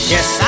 Yes